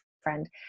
friend